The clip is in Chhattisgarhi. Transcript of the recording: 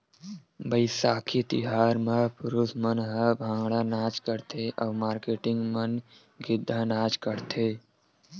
बइसाखी तिहार म पुरूस मन ह भांगड़ा नाच करथे अउ मारकेटिंग मन गिद्दा नाच करथे